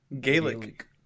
gaelic